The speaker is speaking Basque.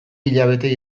hilabete